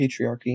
patriarchy